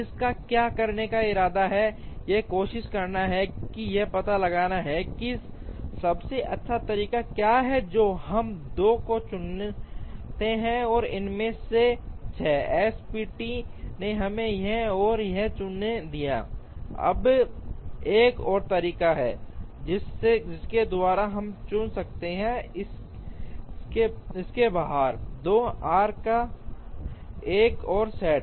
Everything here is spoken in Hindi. हम क्या करने का इरादा रखते हैं यह कोशिश करना है और यह पता लगाना है कि सबसे अच्छा तरीका क्या है जो हम 2 को चुनते हैं इनमें से 6 SPT ने हमें यह और यह चुनने दिया अब एक और तरीका है जिसके द्वारा हम चुन सकते हैं इस से बाहर 2 आर्क्स का एक और सेट